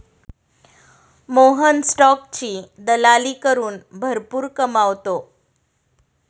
मोहन स्टॉकची दलाली करून भरपूर कमावतो